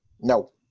No